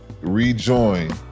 rejoin